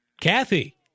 Kathy